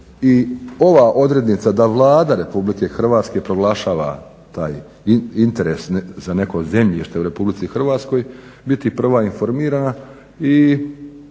ova odrednica da Vlada RH proglašava taj interes za neko zemljište u RH biti prva informirana i